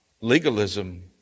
legalism